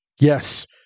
Yes